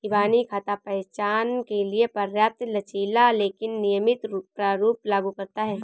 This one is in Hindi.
इबानी खाता पहचान के लिए पर्याप्त लचीला लेकिन नियमित प्रारूप लागू करता है